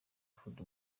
food